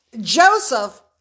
Joseph